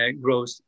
growth